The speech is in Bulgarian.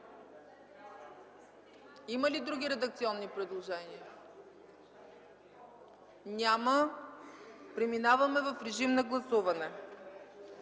Има ли други редакционни предложения? Няма. Преминаваме в режим на гласуване.